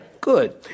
Good